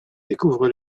découvre